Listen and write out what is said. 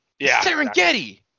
Serengeti